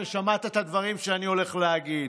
תעשה מעשה.